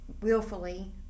willfully